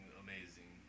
amazing